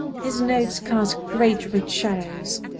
his notes cast great rich shadows,